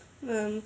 um